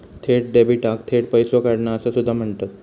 थेट डेबिटाक थेट पैसो काढणा असा सुद्धा म्हणतत